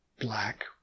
black